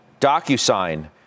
DocuSign